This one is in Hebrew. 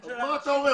אז מה אתה אומר?